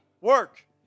work